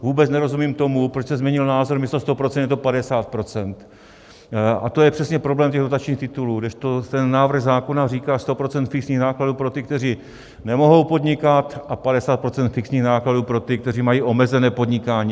Vůbec nerozumím tomu, proč se změnil názor, místo 100 % je to 50 %, a to je přesně problém těch dotačních titulů, kdežto návrh zákona říká 100 % fixních nákladů pro ty, kteří nemohou podnikat, a 50 % fixních nákladů pro ty, kteří mají omezené podnikání.